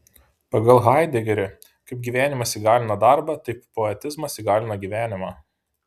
pagal haidegerį kaip gyvenimas įgalina darbą taip poetizmas įgalina gyvenimą